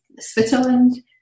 Switzerland